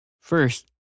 First